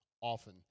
often